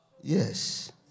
Yes